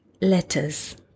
letters